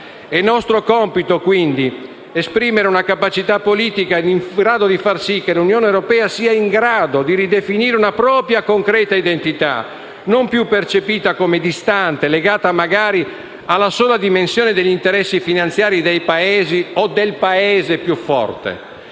È nostro compito, quindi, esprimere una capacità politica che faccia sì che l'Unione europea sia in grado di ridefinire una propria, concreta identità, non più percepita come distante, legata magari alla sola dimensione degli interessi finanziari dei Paesi o del Paese più forte.